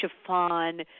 chiffon